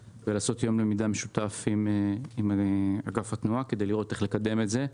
ולעשות יום למידה משותף עם אגף התנועה כדי לראות איך לקדם את זה.